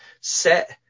set